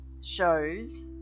shows